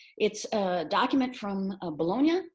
it's a document from a bologna, ah